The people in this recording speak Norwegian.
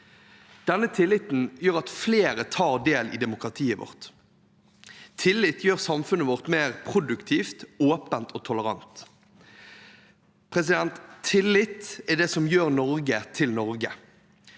Denne tilliten gjør at flere tar del i demokratiet vårt. Tillit gjør samfunnet vårt mer produktivt, åpent og tolerant. Tillit er det som gjør Norge til Norge.